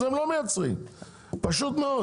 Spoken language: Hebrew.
ואז הם לא מייצרים, פשוט מאוד.